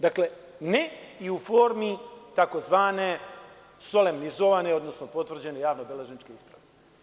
Dakle, ne i u formi tzv. solemnizovane, odnosno potvrđene javno-beležničke isprave.